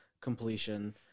completion